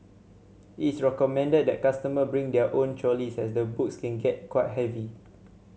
it's recommended that customer bring their own trolleys as the books can get quite heavy